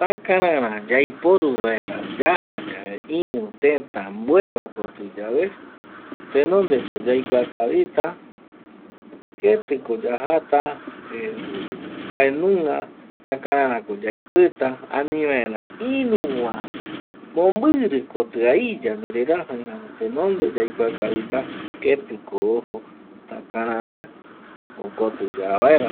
Takarara yaiporu vaera yaja yave iru tëta mbuevakoti yave tenondeko yaikua kavita ketiko yajata "eh" mbaenunga takararako yaipita anivaera iruva mombiri kotiai yandereraja tenonde yaikua kavita ketiko ojo takarara jokoti yavaera